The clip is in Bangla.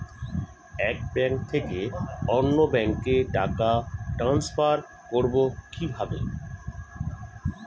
এক ব্যাংক থেকে অন্য ব্যাংকে টাকা ট্রান্সফার করবো কিভাবে?